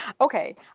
okay